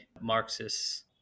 Marxists